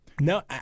no